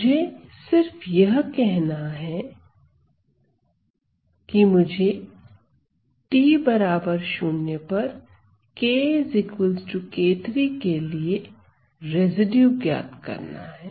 मुझे सिर्फ यह करना है कि मुझे t 0 पर kk3 के लिए रेसिड्यू ज्ञात करना है